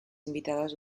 invitadas